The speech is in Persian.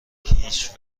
هیچ